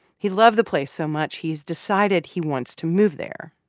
he loved the place so much he's decided he wants to move there.